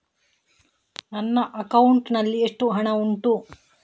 ನನ್ನ ಅಕೌಂಟ್ ನಲ್ಲಿ ಎಷ್ಟು ಹಣ ಉಂಟು?